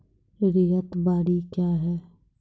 रैयत बाड़ी क्या हैं?